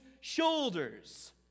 shoulders